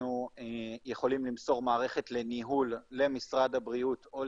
אנחנו יכולים למסור מערכת ניהול למשרד הבריאות או,